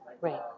Right